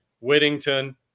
Whittington